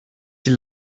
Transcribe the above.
die